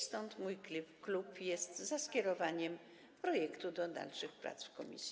Stąd mój klub jest za skierowaniem projektu do dalszych prac w komisji.